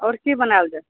आओर की बनायल जाए